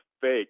fake